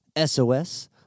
SOS